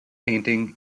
painting